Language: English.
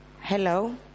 hello